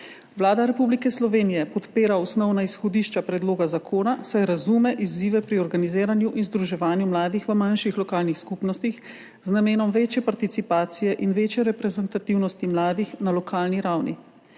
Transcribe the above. Vlada Republike Slovenije podpira osnovna izhodišča predloga zakona, saj razume izzive, pri organiziranju in združevanju mladih v manjših lokalnih skupnostih z namenom večje participacije in večje reprezentativnosti mladih na lokalni ravni.